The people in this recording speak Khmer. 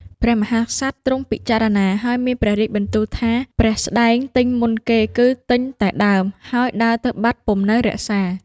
ព្រះមហាក្សត្រទ្រង់ពិចារណា ហើយមានព្រះរាជបន្ទូលថា “ព្រះស្តែងទិញមុនគេ គឺទិញតែដើម ហើយដើរទៅបាត់ពុំនៅរក្សា។